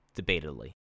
debatedly